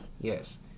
yes